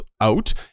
out